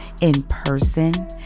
in-person